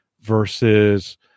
versus